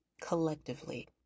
collectively